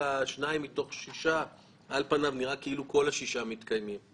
מתוך הבנה שתחרות במערכת הבנקאית תביא למערכת בנקאית טובה יותר ובריאה